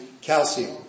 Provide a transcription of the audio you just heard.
calcium